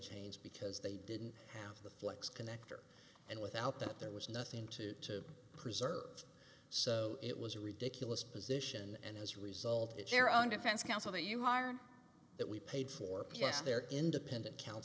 change because they didn't have the flex connector and without that there was nothing to preserve so it was a ridiculous position and as a result it's your own defense counsel that you hire that we paid for p s their independent coun